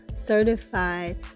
certified